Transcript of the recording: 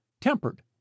tempered